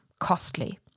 costly